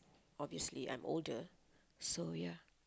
obviously I'm older so ya